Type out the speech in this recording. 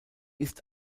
ist